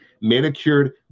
manicured